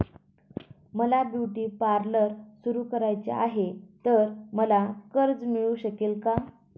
मला beauty parlour सुरू करायचे आहे तर मला कर्ज मिळू शकेल का?